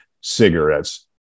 cigarettes